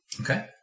Okay